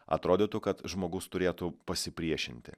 atrodytų kad žmogus turėtų pasipriešinti